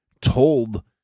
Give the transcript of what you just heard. told